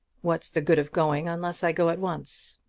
what's the good of going unless i go at once?